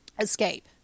escape